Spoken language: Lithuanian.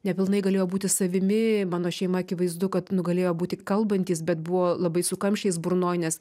nepilnai galėjo būti savimi mano šeima akivaizdu kad nu galėjo būti kalbantys bet buvo labai su kamščiais burnoj nes